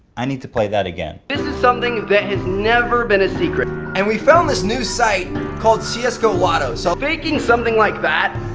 i need to play that again. tmartn this is something that has never been a secret, and we found this new site called csgo lotto, so faking something like that,